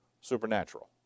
Supernatural